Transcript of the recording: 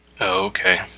Okay